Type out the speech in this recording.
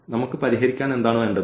നമുക്ക് പരിഹരിക്കാൻ എന്താണ് വേണ്ടത്